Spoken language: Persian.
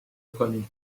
کنی